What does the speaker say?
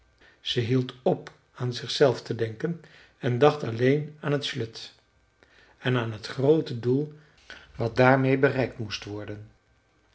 ze hield op aan zichzelf te denken ze dacht alleen aan t slöjd en aan het groote doel wat daarmeê bereikt moest worden